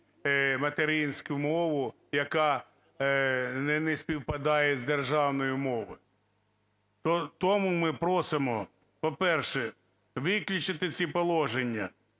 материнську мову, яка не співпадає з державною мовою. Тому ми просимо, по-перше, виключити ці положення.